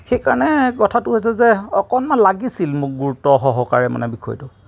সেইকাৰণে কথাটো হৈছে যে অকণমান লাগিছিল মোক গুৰুত্ব সহকাৰে মানে বিষয়টো